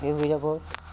সেই হিচাপত